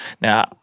Now